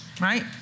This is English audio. right